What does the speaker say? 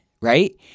right